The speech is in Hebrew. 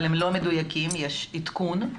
אבל הם לא מדויקים ויש עדכון,